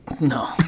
no